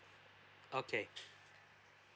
okay